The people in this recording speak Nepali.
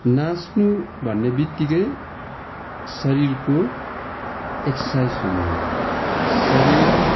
नाच्नु भन्ने बित्तिकै शरीरको एक्सर्साइस हुनु हो शरीर